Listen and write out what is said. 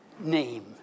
name